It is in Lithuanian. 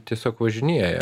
tiesiog važinėja